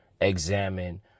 examine